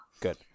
Good